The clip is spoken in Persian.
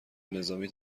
نظامی